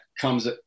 comes